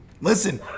Listen